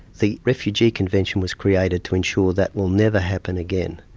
the refugee convention was created to ensure that will never happen again.